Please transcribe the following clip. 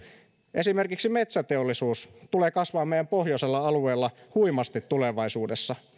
esimerkiksi metsäteollisuus tulee kasvamaan meidän pohjoisella alueellamme huimasti tulevaisuudessa